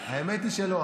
האמת היא שלא.